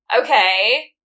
Okay